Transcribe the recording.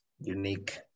unique